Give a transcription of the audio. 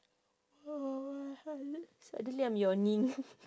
suddenly I'm yawning